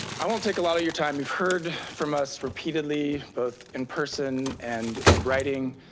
i won't take a lot of your time, you've heard from us repeatedly both in person and in writing.